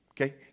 Okay